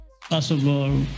possible